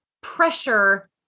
pressure